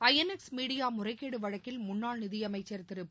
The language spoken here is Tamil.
ஐஎன்எக்ஸ் மீடியாமுறைகேடுவழக்கில் முன்னாள் நிதியமைச்சர் திரு ப